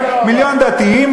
מיליון דתיים,